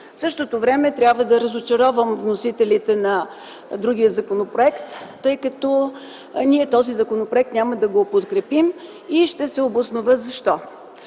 В същото време трябва да разочаровам вносителите на другия законопроект, тъй като ние няма да го подкрепим и ще се обоснова защо.